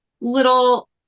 little